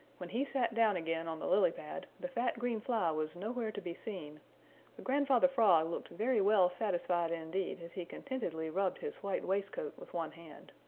when he sat down again on the lily pad the fat green fly was nowhere to be seen, but grandfather frog looked very well satisfied indeed as he contentedly rubbed his white waistcoat with one hand.